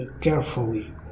carefully